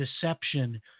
deception